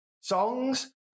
songs